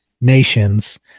nations